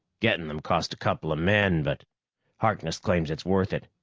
getting them cost a couple of men, but harkness claims it's worth it.